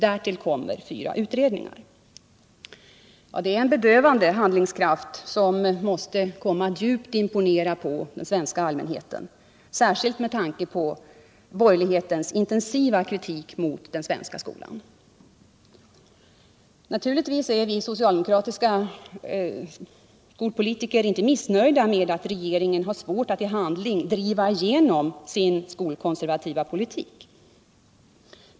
Därtill fyra utredningar. Det är en bedövande handlingskraft, som måste komma att djupt imponera på den svenska allmänheten, särskilt med tanke på borgerlighetens intensiva kritik mot den svenska skolan. Naturligtvis är vi socialdemokratiska skolpolitiker inte missnöjda med att regeringen har svårt att i handling driva igenom sin skolkonservativa politik.